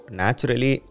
naturally